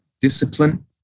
discipline